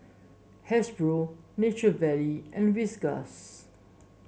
Hasbro Nature Valley and Whiskas